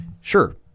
Sure